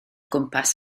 gwmpas